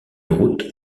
route